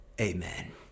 amen